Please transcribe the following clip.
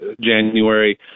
January